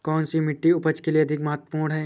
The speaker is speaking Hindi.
कौन सी मिट्टी उपज के लिए अधिक महत्वपूर्ण है?